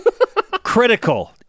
Critical